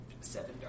Seven